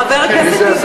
חבר הכנסת טיבי,